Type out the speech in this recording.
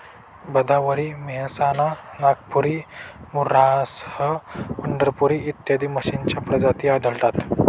भदावरी, मेहसाणा, नागपुरी, मुर्राह, पंढरपुरी इत्यादी म्हशींच्या प्रजाती आढळतात